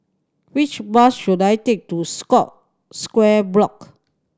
which bus should I take to Scott Square Block